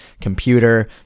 computer